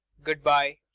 good-bye.